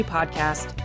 Podcast